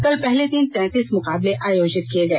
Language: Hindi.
कल पहले दिन र्तेतीस मुकाबले आयोजित किए गए